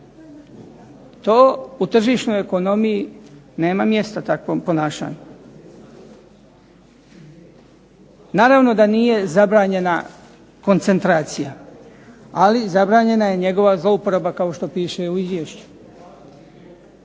To u tržišnoj ekonomiji nema mjesta takvom ponašanju. Naravno da nije zabranjena koncentracija, ali zabranjena je njegova zlouporaba kao što piše u izvješću.